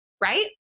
right